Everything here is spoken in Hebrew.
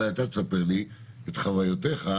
אולי אתה תספר לי את חוויותיך,